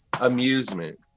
amusement